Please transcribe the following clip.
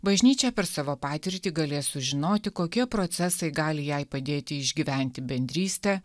bažnyčia per savo patirtį galės sužinoti kokie procesai gali jai padėti išgyventi bendrystę